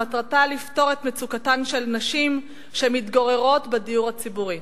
ומטרתה לפתור את מצוקתן של נשים שמתגוררות בדיור הציבורי.